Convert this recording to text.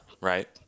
right